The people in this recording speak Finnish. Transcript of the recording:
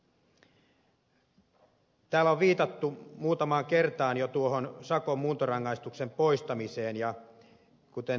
täällä on viitattu muutamaan kertaan jo sakon muuntorangaistuksen poistamiseen ja kuten ed